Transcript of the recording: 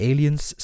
Aliens